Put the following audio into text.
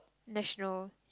national